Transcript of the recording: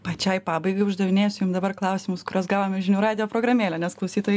pačiai pabaigai uždavinėsiu jum dabar klausimus kuriuos gavome į žinių radijo programėlę nes klausytojai